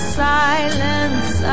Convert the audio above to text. silence